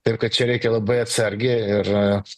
taip kad čia reikia labai atsargiai ir